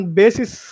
basis